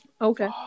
okay